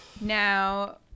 Now